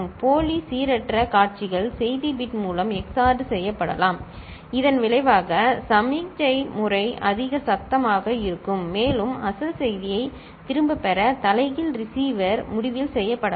போலி சீரற்ற காட்சிகள் செய்தி பிட் மூலம் XORed செய்யப்படலாம் இதன் விளைவாக சமிக்ஞை முறை அதிக சத்தமாக இருக்கும் மேலும் அசல் செய்தியை திரும்பப் பெற தலைகீழ் ரிசீவர் முடிவில் செய்யப்படலாம்